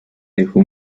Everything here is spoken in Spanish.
dejó